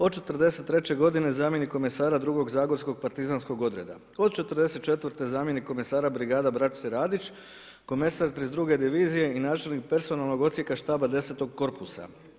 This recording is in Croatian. Od '43. godine zamjenik komesara drugog zagorskog partizanskog odreda, od '44. zamjenik komesara brigada brače Radić, komesar 32 divizije i načelnik personalnog odsjeka štaba 10. korpusa.